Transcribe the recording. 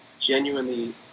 genuinely